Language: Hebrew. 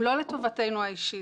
הן לא לטובתנו האישית.